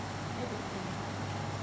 I need to pee